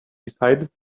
decided